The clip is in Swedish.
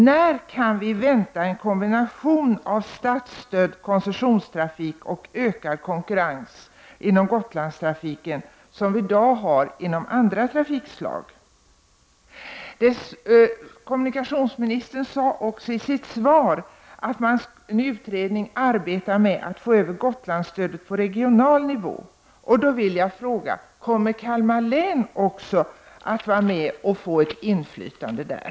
När kan vi vänta en kombination av statsstödd koncessionstrafik och ökad konkurrens inom Gotlandstrafiken, vilket i dag förekommer inom andra trafikslag? Kommunikationsministern sade också i sitt svar att en utredning arbetar med att få över Gotlandsstödet på en regional nivå. Kommer också Kalmar län att få vara med och få ett inflytande där?